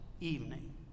evening